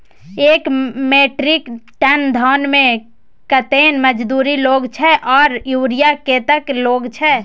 एक metric ton धान में कतेक मजदूरी लागे छै आर यूरिया कतेक लागे छै?